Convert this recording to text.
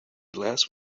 last